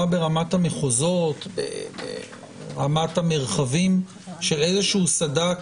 ברמת המחוזות, ברמת המרחבים, של איזשהו סד"כ